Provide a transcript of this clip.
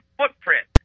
footprint